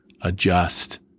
adjust